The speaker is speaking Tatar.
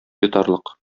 йотарлык